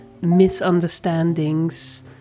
misunderstandings